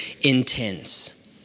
intense